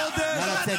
בתקנון.